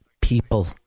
people